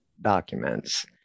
documents